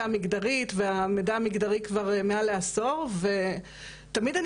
המגדרית והמידע המגדרי כבר מעל לעשור ותמיד אני